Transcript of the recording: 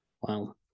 Wow